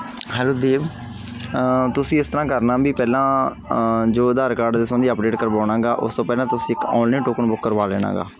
hello Dev ਤੁਸੀਂ ਇਸ ਤਰ੍ਹਾਂ ਕਰਨਾ ਵੀ ਪਹਿਲਾਂ ਜੋ ਆਧਾਰ ਕਾਰਡ ਦੇ ਸੰਬੰਧੀ ਅਪਡੇਟ ਕਰਵਾਉਣਾ ਗਾ ਉਸ ਤੋਂ ਪਹਿਲਾਂ ਤੁਸੀਂ ਇੱਕ ਔਨਲਾਈਨ ਟੋਕਨ ਬੁੱਕ ਕਰਵਾ ਲੈਣਾ ਗਾ